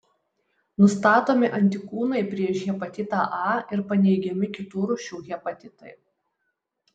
nustatomi antikūnai prieš hepatitą a ir paneigiami kitų rūšių hepatitai